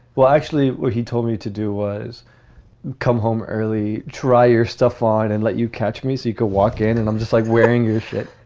well, actually, he told me to do was come home early. try your stuff on and let you catch me so you could walk in. and i'm just like wearing your shit